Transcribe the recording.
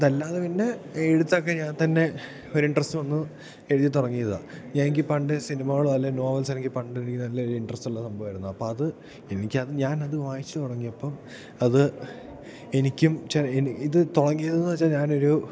അതല്ലാതെ പിന്നെ എഴുത്തൊക്കെ ഞാൻ തന്നെ ഒരു ഇൻട്രസ്റ്റ് വന്നു എഴുതി തുടങ്ങിയതാണ് എങ്കിൽ പണ്ട് സിനിമകളോ അല്ലെങ്കിൽ നോവൽസെനിക്ക് പണ്ട് എനിക്ക് നല്ലൊരു ഇൻട്രസ്റ്റുള്ള സംഭവമായിരുന്നു അപ്പം അത് എനിക്കത് ഞാൻ അതു വായിച്ച് തുടങ്ങിയപ്പം അത് എനിക്കും ഇത് തുടങ്ങിയതെന്നു വെച്ചാൽ ഞാനൊരു